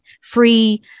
free